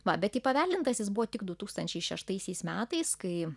va bet įpaveldintas jis buvo tik du tūkstančiai šeštaisiais metais kai